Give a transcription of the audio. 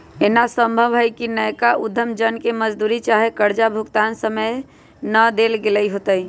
एना संभव हइ कि नयका उद्यम जन के मजदूरी चाहे कर्जा भुगतान समय न देल गेल होतइ